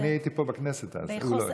אבל אני הייתי פה בכנסת אז, הוא לא היה.